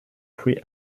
free